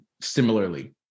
similarly